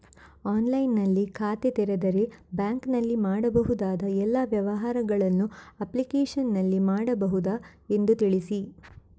ಆನ್ಲೈನ್ನಲ್ಲಿ ಖಾತೆ ತೆರೆದರೆ ಬ್ಯಾಂಕಿನಲ್ಲಿ ಮಾಡಬಹುದಾ ಎಲ್ಲ ವ್ಯವಹಾರಗಳನ್ನು ಅಪ್ಲಿಕೇಶನ್ನಲ್ಲಿ ಮಾಡಬಹುದಾ ಎಂದು ತಿಳಿಸಿ?